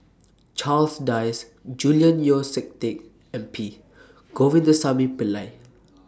Charles Dyce Julian Yeo See Teck and P Govindasamy Pillai